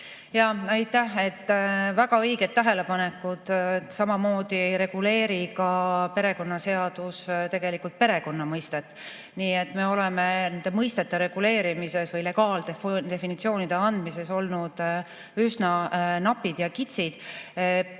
Aitäh! Väga õiged tähelepanekud. Samamoodi ei reguleeri ka perekonnaseadus tegelikult perekonna mõistet. Nii et me oleme nende mõistete reguleerimisel või nende legaaldefinitsioonide andmisel olnud üsna napid ja kitsid.